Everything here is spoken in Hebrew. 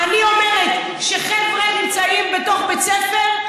אני אומרת שחבר'ה שנמצאים בתוך בית ספר,